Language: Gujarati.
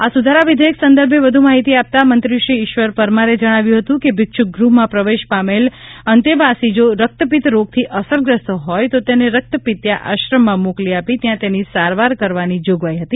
આ સુધારા વિધેયક સંદર્ભે વધુ માહિતી આપતા મંત્રીશ્રી ઇશ્વર પરમારે જણાવ્યું હતું કે ભિક્ષકગ્રહમાં પ્રવેશ પામેલ અંતેવાસી જો રક્તપિત્ત રોગથી અસરગ્રસ્ત હોય તો તેને રક્તપિત્તીયા આશ્રમમાં મોકલી આપી ત્યાં તેની સારવાર કરવાની જોગવાઇ હતી